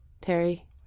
Terry